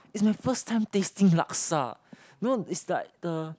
it's my first time tasting laksa you know is like the